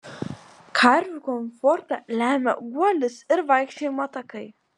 karvių komfortą lemia guolis ir vaikščiojimo takai